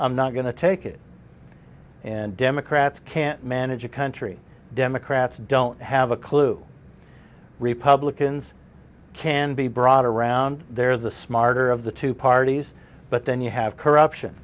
i'm not going to take it and democrats can't manage a country democrats don't have a clue republicans can be brought around there's a smarter of the two parties but then you have corruption